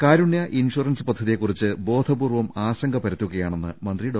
കാരുണ്യ insurance പദ്ധതിയെക്കുറിച്ച് ബോധപൂർവ്വം ആശങ്ക പരത്തുകയാണെന്ന് മന്ത്രി ഡോ